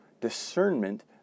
discernment